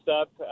up